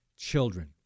Children